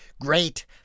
great